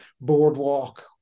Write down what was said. boardwalk